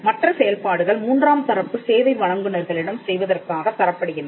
மற்ற செயல்பாடுகள் மூன்றாம் தரப்பு சேவை வழங்குநர்களிடம் செய்வதற்காகத் தரப்படுகின்றன